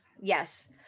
Yes